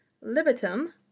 libitum